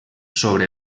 sobre